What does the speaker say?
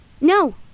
No